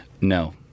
No